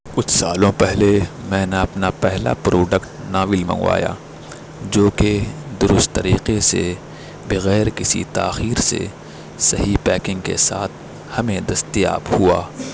کچھ سالوں پہلے میں نے اپنا پہلا پروڈکٹ ناول منگوایا جوکہ درست طریقے سے بغیر کسی تاخیر سے صحیح پیکنگ کے ساتھ ہمیں دستیاب ہوا